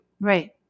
right